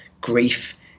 grief